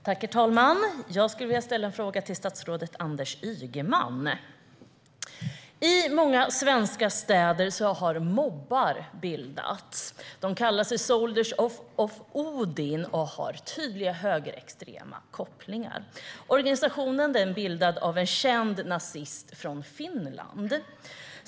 Herr talman! Jag skulle vilja ställa en fråga till statsrådet Anders Ygeman. I många svenska städer har mobbar bildats. De kallar sig Soldiers of Odin och har tydliga högerextrema kopplingar. Organisationen är bildad av en känd nazist från Finland.